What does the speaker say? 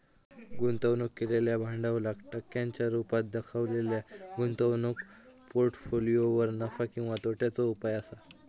गुंतवणूक केलेल्या भांडवलाक टक्क्यांच्या रुपात देखवलेल्या गुंतवणूक पोर्ट्फोलियोवर नफा किंवा तोट्याचो उपाय असा